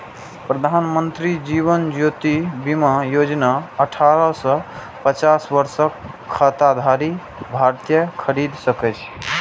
प्रधानमंत्री जीवन ज्योति बीमा योजना अठारह सं पचास वर्षक खाताधारी भारतीय खरीद सकैए